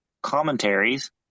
commentaries